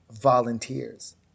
volunteers